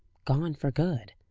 gone for good.